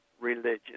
religion